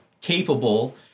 capable